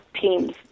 teams